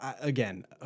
Again